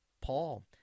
Paul